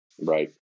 Right